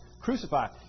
crucified